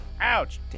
Ouch